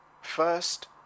First